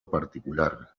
particular